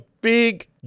big